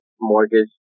mortgage